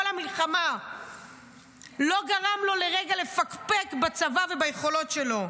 המלחמה לא גרמה לו לרגע לפקפק בצבא וביכולות שלו.